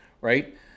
right